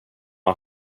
han